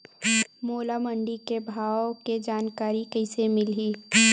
मोला मंडी के भाव के जानकारी कइसे मिलही?